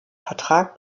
vertrag